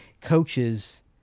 coaches